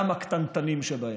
גם הקטנטנים שבהם.